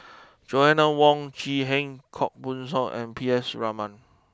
Joanna Wong Quee Heng Koh Buck Song and P S Raman